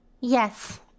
Yes